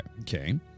Okay